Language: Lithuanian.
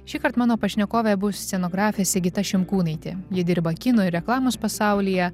šįkart mano pašnekovė bus scenografė sigita šimkūnaitė ji dirba kino ir reklamos pasaulyje